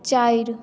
चारि